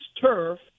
turf